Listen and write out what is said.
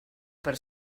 per